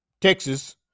Texas